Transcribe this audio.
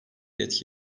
etki